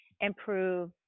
improve